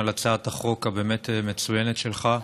על הצעת החוק הבאמת-מצוינת שלך.